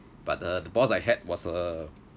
but the the boss I had was a